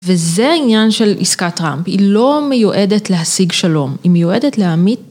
וזה העניין של עסקת טראמפ, היא לא מיועדת להשיג שלום, היא מיועדת להעמיד.